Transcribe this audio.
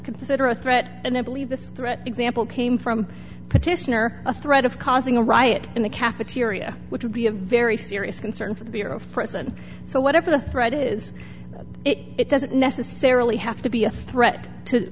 consider a threat and i believe this threat example came from a petition or a threat of causing a riot in the cafeteria which would be a very serious concern for the bureau of prison so whatever the threat is it doesn't necessarily have to be a threat to